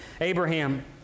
Abraham